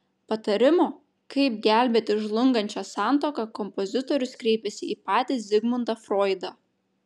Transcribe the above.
patarimo kaip gelbėti žlungančią santuoką kompozitorius kreipėsi į patį zigmundą froidą